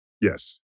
Yes